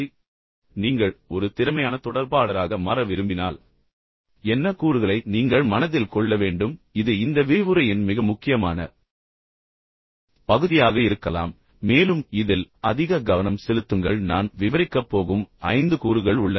இப்போது நீங்கள் ஒரு திறமையான தொடர்பாளராக மாற விரும்பினால் என்ன கூறுகளை நீங்கள் மனதில் கொள்ள வேண்டும் இது இந்த விரிவுரையின் மிக முக்கியமான பகுதியாக இருக்கலாம் மேலும் இதில் அதிக கவனம் செலுத்துங்கள் நான் விவரிக்கப் போகும் ஐந்து கூறுகள் உள்ளன